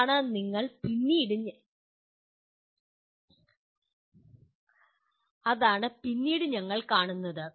അതാണ് പിന്നീട് ഞങ്ങൾ കാണുന്നത്